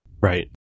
Right